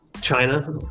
China